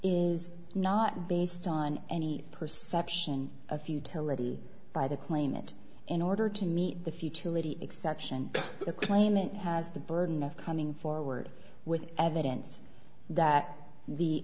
is not based on any perception of futility by the claimant in order to meet the futility exception the claimant has the burden of coming forward with evidence that the